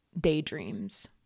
daydreams